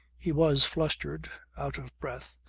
he was flustered, out of breath,